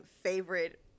favorite